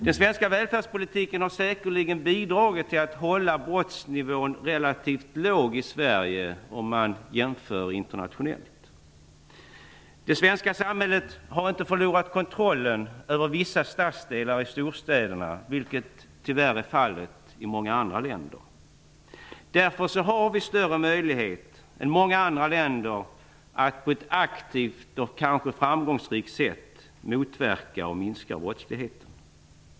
Den svenska välfärdspolitiken har säkerligen bidragit till att hålla brottsnivån relativt låg i Sverige om man jämför internationellt. Det svenska samhället har inte förlorat kontrollen över vissa stadsdelar i storstäderna, vilket tyvärr är fallet i många andra länder. Därför har vi större möjlighet än många andra länder att på ett aktivt och kanske framgångsrikt sätt motverka och minska brottsligheten.